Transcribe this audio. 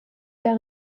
der